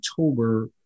October